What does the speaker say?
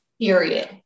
Period